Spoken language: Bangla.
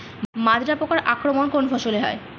মাজরা পোকার আক্রমণ কোন ফসলে বেশি হয়?